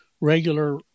regular